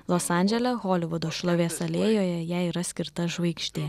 los andžele holivudo šlovės alėjoje jai yra skirta žvaigždė